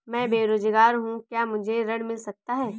मैं बेरोजगार हूँ क्या मुझे ऋण मिल सकता है?